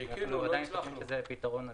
אנחנו עדיין סבורים שזה הפתרון המתאים.